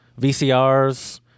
vcrs